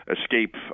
escape